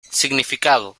significado